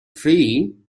tree